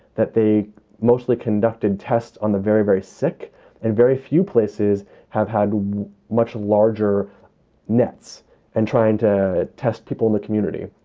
that they mostly conducted tests on the very, very sick and very few places have had much larger nets and trying to test people in the community.